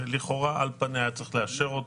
ולכאורה על פניה צריך לאשר אותה.